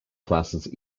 classes